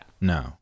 No